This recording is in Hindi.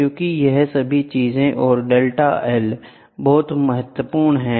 क्योंकि यह सभी चीजें और डेल्टा L बहुत महत्वपूर्ण हैं